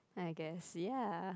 I guess ya